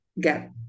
get